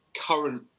current